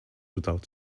without